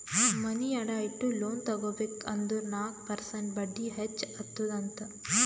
ಮನಿ ಅಡಾ ಇಟ್ಟು ಲೋನ್ ತಗೋಬೇಕ್ ಅಂದುರ್ ನಾಕ್ ಪರ್ಸೆಂಟ್ ಬಡ್ಡಿ ಹೆಚ್ಚ ಅತ್ತುದ್ ಅಂತ್